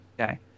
Okay